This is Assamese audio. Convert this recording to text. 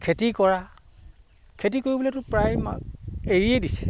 খেতি কৰা খেতি কৰিবলেটো প্ৰায় এৰিয়ে দিছে